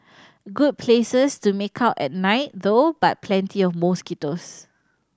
good places to make out at night though but plenty of mosquitoes